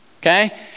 Okay